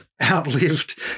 Outlived